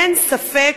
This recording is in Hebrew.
אין ספק,